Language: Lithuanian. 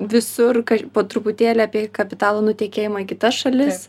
visur po truputėlį apie kapitalo nutekėjimą į kitas šalis